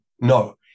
no